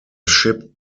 ship